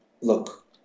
Look